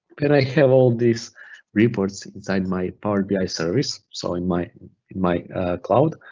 can i have all these reports inside my power bi service? so in my my cloud,